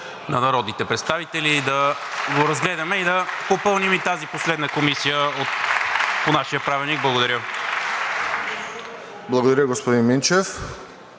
на народните представители, да го разгледаме и да попълним и тази последна комисия по нашия правилник. Благодаря. (Ръкопляскания